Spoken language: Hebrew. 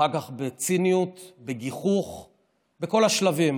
אחר כך בציניות, בגיחוך, בכל השלבים.